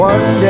One